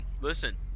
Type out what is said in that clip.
listen